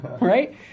right